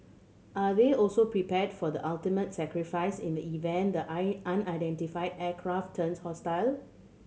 are they also prepared for the ultimate sacrifice in the event the I unidentified aircraft turns hostile